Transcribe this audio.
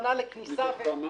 מתוך כמה?